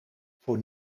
voor